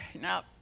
Now